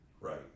Right